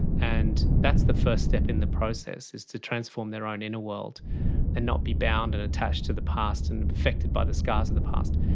and that's the first step in the process, is to transform their own inner world and not be bound and attached to the past and affected by the scars of the past.